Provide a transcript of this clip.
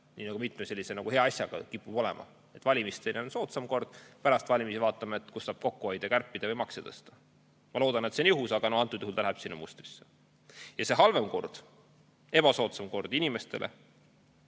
Nii nagu mitme sellise hea asjaga kipub olema: valimisteni on soodsam kord, pärast valimisi vaatame, kus saab kokku hoida, kärpida või makse tõsta. Ma loodan, et see on juhus, aga antud juhul läheb see sinna mustrisse. Ja see halvem kord – ebasoodsam ja inimestele